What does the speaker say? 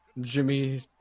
Jimmy